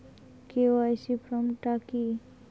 KYC form টা কি?